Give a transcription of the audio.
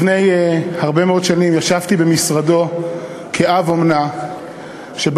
לפני הרבה מאוד שנים ישבתי במשרדו כאב אומנה שבא